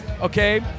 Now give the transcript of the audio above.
okay